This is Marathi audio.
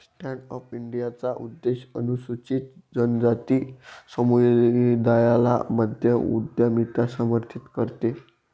स्टॅन्ड अप इंडियाचा उद्देश अनुसूचित जनजाति समुदायाला मध्य उद्यमिता समर्थित करते